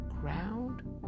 ground